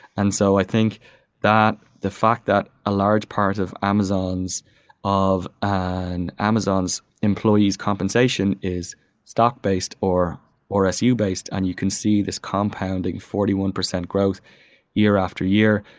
and so i think that the fact that a large part of amazon's of and amazon's employees compensation is stock-based or su-based, su-based, and you can see this compounding forty one percent growth year after year.